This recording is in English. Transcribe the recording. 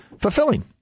fulfilling